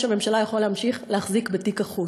הממשלה יכול להמשיך להחזיק בתיק החוץ.